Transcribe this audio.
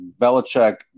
Belichick